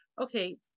okay